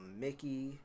Mickey